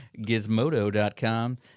Gizmodo.com